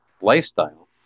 lifestyle